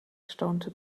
staunte